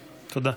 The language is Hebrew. תודה.